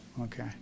okay